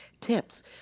tips